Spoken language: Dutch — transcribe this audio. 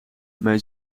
mijn